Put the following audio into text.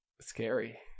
scary